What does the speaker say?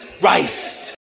Rice